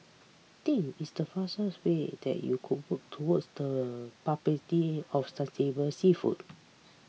think it's the fastest way that you could work towards the publicity of sustainable seafood